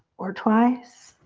or twice